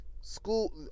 school